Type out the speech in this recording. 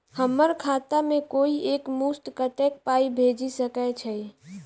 हम्मर खाता मे कोइ एक मुस्त कत्तेक पाई भेजि सकय छई?